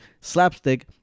slapstick